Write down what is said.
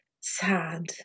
sad